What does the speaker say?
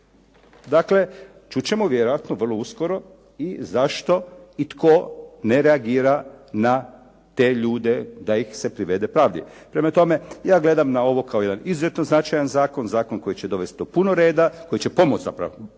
Dakle, čut ćemo vjerojatno vrlo uskoro i zašto i tko ne reagira na te ljude da ih se privede pravdi. Prema tome, ja gledam na ovo kao jedan izuzetno značajan zakon, zakon koji će dovesti do puno reda, koji će pomoći zapravo